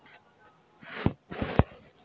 जैविक खाद क्या होब हाय कैसे उपज हो ब्हाय?